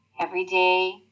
Everyday